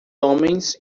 homens